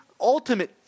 ultimate